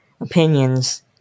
opinions